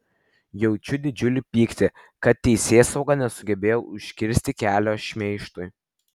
jaučiu didžiulį pyktį kad teisėsauga nesugebėjo užkirsti kelio šmeižtui